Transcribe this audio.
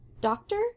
Doctor